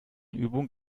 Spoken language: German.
übung